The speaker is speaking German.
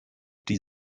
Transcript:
die